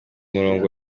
murongo